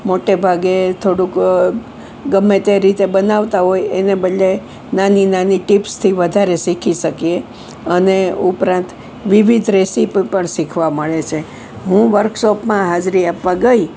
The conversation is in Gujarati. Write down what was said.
મોટે ભાગે થોડુંક ગમે તે રીતે બનાવતા હોઈ એને બદલે નાની નાની ટિપ્સથી વધારે શીખી શકીએ અને ઉપરાંત વિવિધ રેસિપી પણ શીખવા મળે છે હું વર્કશોપમાં હાજરી આપવા ગઈ